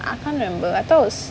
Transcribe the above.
I can't remember I thought it was